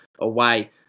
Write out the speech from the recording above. away